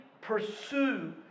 pursue